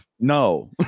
No